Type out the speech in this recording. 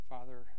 Father